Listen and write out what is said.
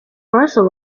parcel